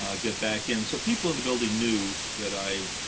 ah get back in. so people in the building knew that i